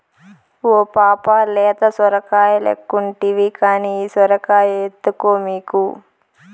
ఓ పాపా లేత సొరకాయలెక్కుంటివి కానీ ఈ సొరకాయ ఎత్తుకో మీకు